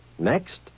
Next